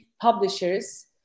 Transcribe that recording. publishers